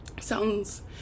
sounds-